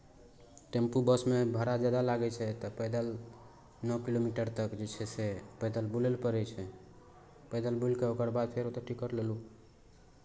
tempo बसमे भाड़ा जादा लागै छै तऽ पैदल नओ किलोमीटर तक जे छै से पैदल बुलय लए पड़ै छै पैदल बुलि कऽ ओकर बाद फेर ओतय टिकट लेलहुँ